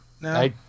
No